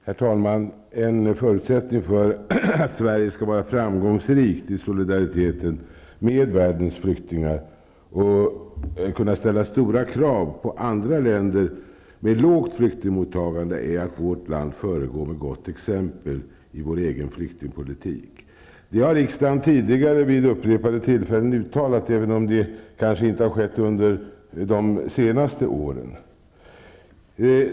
Herr talman! En förutsättning för att Sverige skall vara framgångsrikt i solidariteten med världens flyktingar och kunna ställa stora krav på andra länder med lågt flyktingmottagande, är att vårt land föregår med gott exempel i vår egen flyktingpolitik. Detta har riksdagen tidigare vid upprepade tillfällen uttalat, även om det kanske inte har skett under de senaste åren.